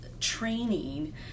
training